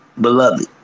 Beloved